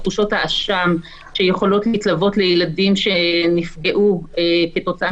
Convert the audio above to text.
תחושות האשם שיכולות להתלוות לילדים שנפגעו כתוצאה